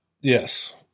Yes